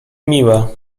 miłe